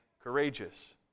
courageous